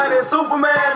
Superman